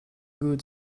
good